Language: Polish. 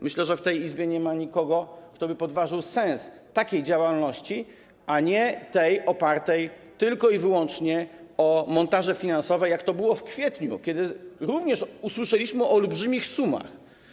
Myślę, że w tej Izbie nie ma nikogo, kto podważyłby sens takiej działalności, a nie tej opartej tylko i wyłącznie na montażach finansowych, jak to było w kwietniu, kiedy również usłyszeliśmy o olbrzymich sumach.